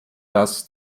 das